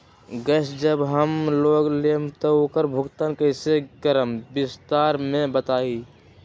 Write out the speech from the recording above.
Gas जब हम लोग लेम त उकर भुगतान कइसे करम विस्तार मे बताई?